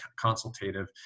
consultative